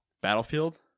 Battlefield